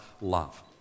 love